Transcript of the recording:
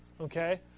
okay